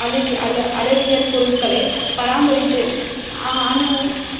அளவிய அள அளவியல் பொருட்களை பராமரித்து அணு